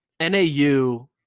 NAU